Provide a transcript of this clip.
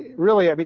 really. i mean